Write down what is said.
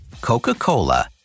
Coca-Cola